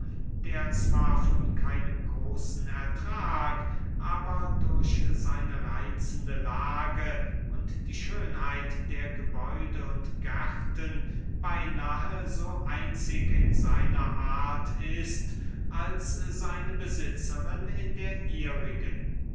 der zwar von keinem großen ertrag aber durch seine reitzende lage und die schönheit der gebäude und gärten beynahe so einzig in seiner art ist als seine besitzerin in der